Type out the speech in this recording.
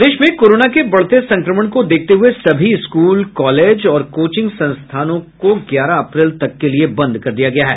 प्रदेश में कोरोना के बढ़ते संक्रमण को देखते हुये सभी स्कूल कॉलेज और कोचिंग संस्थानों को ग्यारह अप्रैल तक के लिए बंद कर दिया गया है